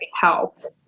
helped